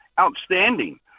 outstanding